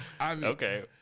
Okay